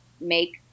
make